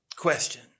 Question